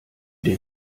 den